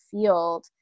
field